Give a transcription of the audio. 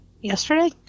yesterday